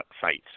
sites